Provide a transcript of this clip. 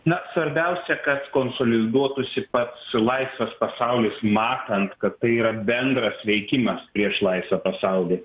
na svarbiausia kad konsoliduotųsi pats laisvas pasaulis matant kad tai yra bendras veikimas prieš laisvą pasaulį